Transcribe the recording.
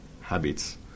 habits